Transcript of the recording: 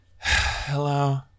Hello